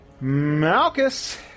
Malchus